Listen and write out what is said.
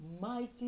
Mighty